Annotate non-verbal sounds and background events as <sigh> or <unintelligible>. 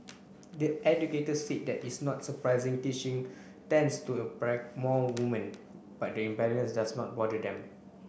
the educators said that is not surprising teaching tends to <unintelligible> more women but the imbalance does not bother them